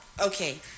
okay